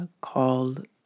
called